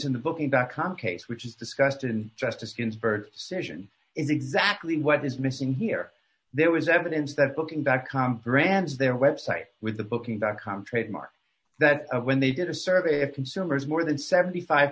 in the booking dot com case which is discussed in justice ginsburg session is exactly what is missing here there was evidence that booking dot com france their web site with the booking dot com trademark that when they did a survey of consumers more than seventy five